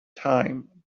time